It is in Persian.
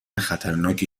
خطرناکی